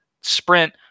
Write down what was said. sprint